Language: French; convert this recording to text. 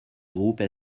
groupe